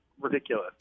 ridiculous